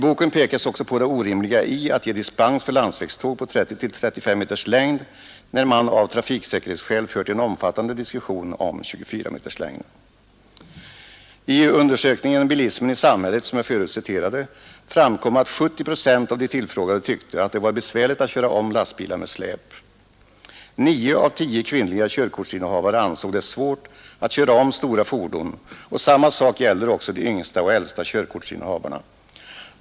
Där pekas också på det orimliga i att ge dispens för landsvägståg på 30-35 meters längd, när man av trafiksäkerhetsskäl fört en omfattande diskussion om 24-meterslängden. I undersökningen ”Bilismen i samhället”, som jag förut citerade, framkom att 70 procent av de tillfrågade tyckte att det var besvärligt att köra om lastbilar med släp. Nio av tio kvinnliga körkortsinnehavare ansåg det svårt att köra om stora fordon, och samma sak gäller också de yngsta och de äldsta körkortsinnehavarna.